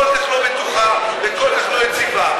כל כך לא בטוחה וכל כך לא יציבה,